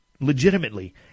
legitimately